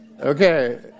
okay